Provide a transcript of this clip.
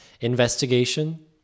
investigation